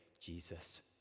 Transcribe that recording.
Jesus